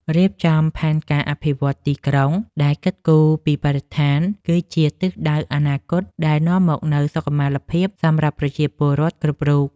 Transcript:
រៀបចំផែនការអភិវឌ្ឍទីក្រុងដែលគិតគូរពីបរិស្ថានគឺជាទិសដៅអនាគតដែលនាំមកនូវសុខុមាលភាពសម្រាប់ប្រជាពលរដ្ឋគ្រប់រូប។